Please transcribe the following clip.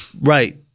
Right